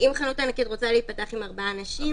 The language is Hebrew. אם חנות ענקית רוצה להיפתח עם ארבעה אנשים,